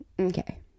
okay